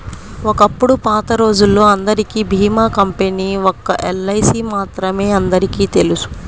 ఒకప్పుడు పాతరోజుల్లో అందరికీ భీమా కంపెనీ ఒక్క ఎల్ఐసీ మాత్రమే అందరికీ తెలుసు